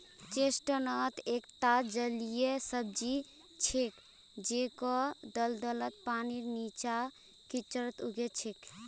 chestnut एकता जलीय सब्जी छिके जेको दलदलत, पानीर नीचा, कीचड़त उग छेक